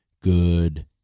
good